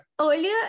earlier